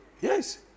Yes